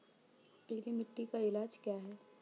पीली मिट्टी का इलाज क्या है?